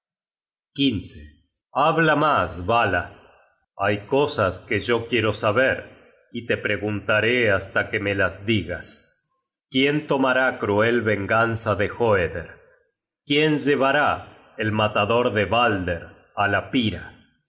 callarme habla mas vala hay cosas que yo quiero saber y te preguntaré hasta que las digas quién tomará cruel venganza de hoeder quién llevará el matador de balder á la pira